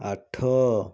ଆଠ